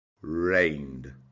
Rained